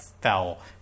foul